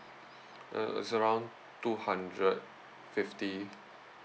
err it's around two hundred fifty